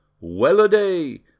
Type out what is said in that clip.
Well-a-day